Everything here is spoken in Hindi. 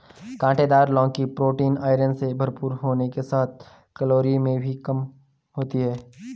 काँटेदार लौकी प्रोटीन, आयरन से भरपूर होने के साथ कैलोरी में भी कम होती है